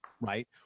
right